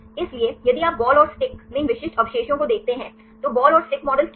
इसलिए यदि आप बॉल और स्टिक में इन विशिष्ट अवशेषों को देखते हैं तो बॉल और स्टिक मॉडल क्या है